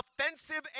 offensive